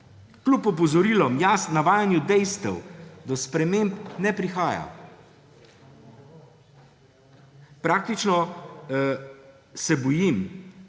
kljub opozorilom, jasnem navajanju dejstev, do sprememb ne prihaja. Praktično se bojim,